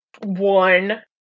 One